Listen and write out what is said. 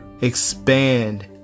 expand